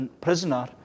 prisoner